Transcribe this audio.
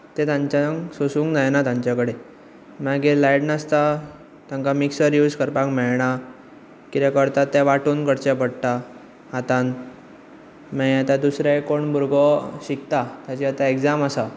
तें तांच्यान सोंसूंक जायना तांचे कडेन मागीर लायट नासता तांकां मिक्सर यूज करपाक मेळना कितें करता तें वांटून करचें पडटा हातांन मागीर दुसरें आतां कोण भुरगो शिकता ताची आतां एग्जाम आसा